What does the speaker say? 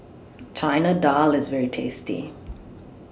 Chana Dal IS very tasty